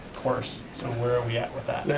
course, so where are we at with that?